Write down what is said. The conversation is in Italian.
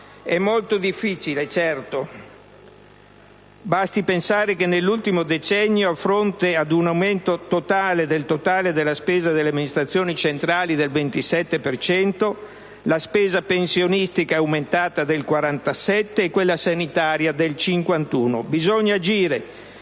E' molto difficile, certo: basti pensare che nell'ultimo decennio, a fronte ad un aumento del totale della spesa delle amministrazioni centrali del 27 per cento, la spesa pensionistica è aumentata del 47 per cento e quella sanitaria del 51 per cento. Bisogna agire,